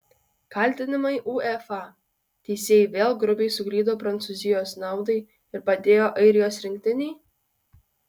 kaltinimai uefa teisėjai vėl grubiai suklydo prancūzijos naudai ir padėjo airijos rinktinei